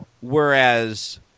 Whereas